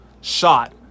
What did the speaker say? shot